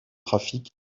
trafic